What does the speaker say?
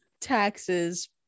taxes